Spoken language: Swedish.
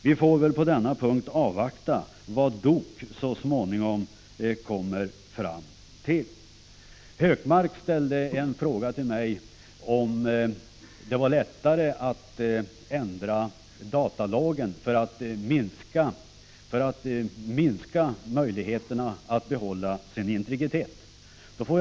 Vi får väl på denna punkt avvakta vad DOK så småningom kommer fram till. Gunnar Hökmark ställde en fråga till mig om det lättaste sättet att påverka möjligheterna för människor att behålla sin integritet var att ändra datalagen.